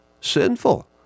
sinful